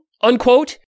Unquote